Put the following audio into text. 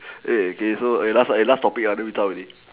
eh okay so eh last one last topic then we zao already